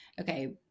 okay